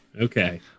Okay